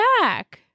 back